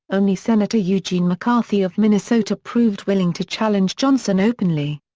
only senator eugene mccarthy of minnesota proved willing to challenge johnson openly.